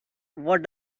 what